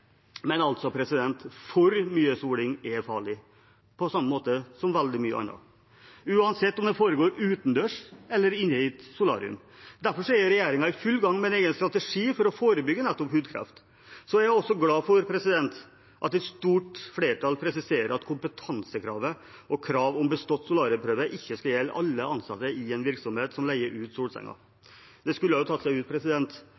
for mye soling er farlig, på samme måte som veldig mye annet, uansett om det foregår utendørs eller i et solarium. Derfor er regjeringen i full gang med en egen strategi for å forebygge nettopp hudkreft. Jeg er også glad for at et stort flertall presiserer at kompetansekravet og kravet om bestått solariumprøve ikke skal gjelde alle ansatte i en virksomhet som leier ut